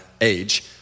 age